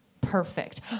perfect